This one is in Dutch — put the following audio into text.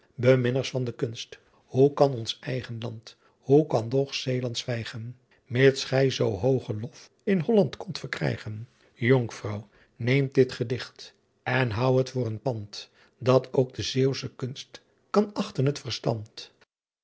van de kunst oe kan ons eygen landt hoe kan doch eelandt swygen its ghy soo hoogen lof in ollant kondt verkrygen onckvrou neemt dit gedicht en hou het voor een pandt at oock de eeusche kunst kan achten het verstandt